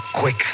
quick